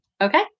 Okay